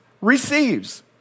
receives